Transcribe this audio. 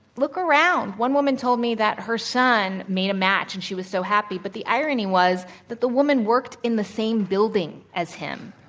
look around. one woman told me that her son made a match, and she was so happy. but the irony was that the woman worked in the same building as him.